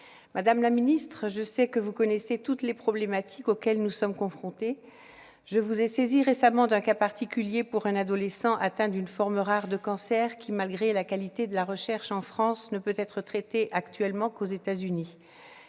Madame la ministre, je sais que vous connaissez toutes les problématiques auxquelles nous sommes confrontés. Je vous ai saisie récemment du cas particulier d'un adolescent atteint d'une forme rare de cancer, qui, malgré la qualité de la recherche en France, ne peut être traitée actuellement qu'aux États-Unis.